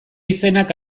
izenak